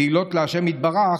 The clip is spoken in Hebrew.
תהילות לה' יתברך,